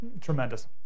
Tremendous